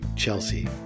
Chelsea